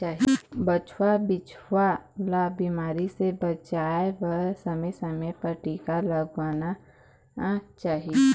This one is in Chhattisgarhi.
बछवा, बछिया ल बिमारी ले बचाए बर समे समे म टीका लगवाना चाही